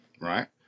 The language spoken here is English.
Right